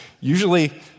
usually